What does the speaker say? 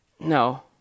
no